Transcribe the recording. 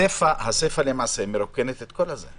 הסיפא מרוקנת את כל זה, למעשה.